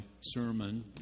sermon